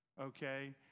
okay